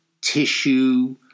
tissue